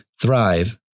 Thrive